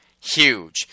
Huge